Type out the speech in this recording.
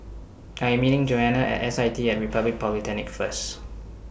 I Am meeting Joanna At S I T At Republic Polytechnic First